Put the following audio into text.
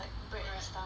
and stuff